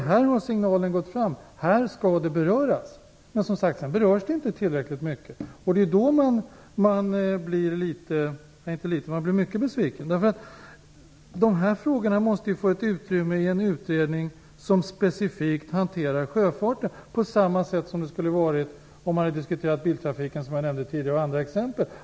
Här har ju signalen gått fram, här skall frågan beröras. Sedan berörs den inte tillräckligt mycket. Då blir man mycket besviken. De här frågorna måste ju få ett utrymme i en utredning som specifikt handlar om sjöfarten på samma sätt som om man hade diskuterat biltrafiken.